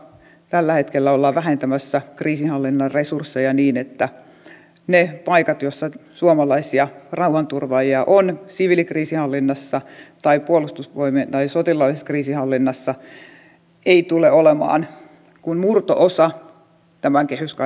tällä hetkellä ollaan vähentämässä kriisinhallinnan resursseja niin että niitä paikkoja joissa suomalaisia rauhanturvaajia on siviilikriisinhallinnassa tai sotilaallisessa kriisinhallinnassa ei tule olemaan kuin murto osa tämän kehyskauden jälkeen